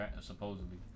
supposedly